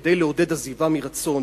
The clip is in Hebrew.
כדי לעודד עזיבה מרצון,